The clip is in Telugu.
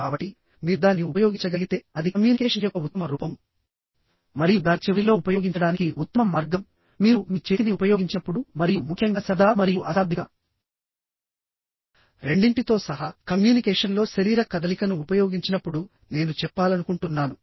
కాబట్టి మీరు దానిని ఉపయోగించగలిగితే అది కమ్యూనికేషన్ యొక్క ఉత్తమ రూపం మరియు దాని చివరిలో ఉపయోగించడానికి ఉత్తమ మార్గం మీరు మీ చేతిని ఉపయోగించినప్పుడు మరియు ముఖ్యంగా శబ్ద మరియు అశాబ్దిక రెండింటితో సహా కమ్యూనికేషన్లో శరీర కదలికను ఉపయోగించినప్పుడు నేను చెప్పాలనుకుంటున్నాను